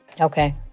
Okay